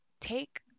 take